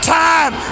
time